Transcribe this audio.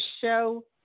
show